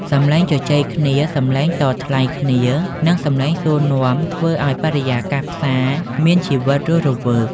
សម្លេងជជែកគ្នា សម្លេងតថ្លៃគ្នា និងសម្លេងសួរនាំធ្វើឱ្យបរិយាកាសផ្សារមានជីវិតរស់រវើក។